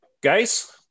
Guys